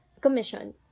Commission